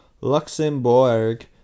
Luxembourg